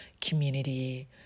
Community